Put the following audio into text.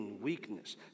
weakness